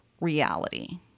reality